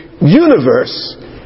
universe